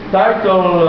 title